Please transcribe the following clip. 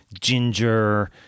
Ginger